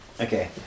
Okay